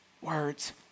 Words